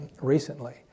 recently